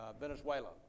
Venezuela